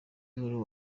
nkuru